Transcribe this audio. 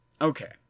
Okay